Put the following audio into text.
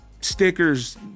Stickers